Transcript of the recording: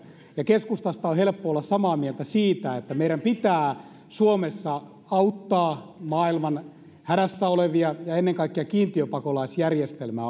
ja keskustasda on helppo olla samaa mieltä siitä että meidän pitää suomessa auttaa maailman hädässä olevia ja ennen kaikkea kiintiöpakolaisjärjestelmä